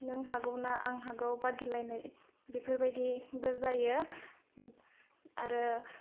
नों हागौना आं हागौ बादायलायनाय बेफोरबादिबो जायो आरो